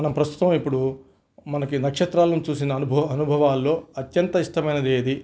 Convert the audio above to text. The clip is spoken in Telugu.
మనం ప్రస్తుతం ఇప్పుడు మనకి నక్షత్రాలను చూసి అనుభవ అనుభవాల్లో అత్యంత ఇష్టమైనది ఏది